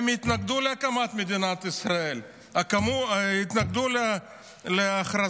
הם התנגדו להקמת מדינת ישראל, התנגדו להכרזה.